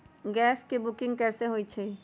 Gas के booking कैसे होईछई?